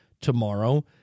tomorrow